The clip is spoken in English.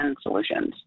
solutions